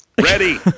Ready